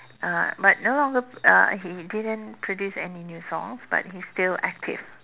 uh but no longer uh he didn't produce any new songs but he's still active